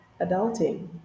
adulting